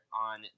on